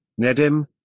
nedim